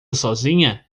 sozinha